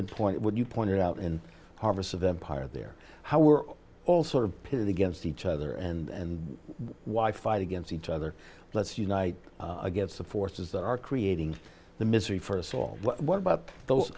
been point when you pointed out in harvest of empire there how we're all sort of pitted against each other and why fight against each other let's unite against the forces that are creating the misery for us all what about those